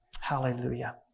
Hallelujah